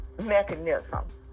mechanism